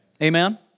Amen